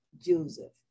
Joseph